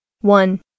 One